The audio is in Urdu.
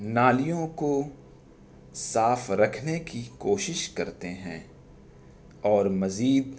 نالیوں کو صاف رکھنے کی کوشش کرتے ہیں اور مزید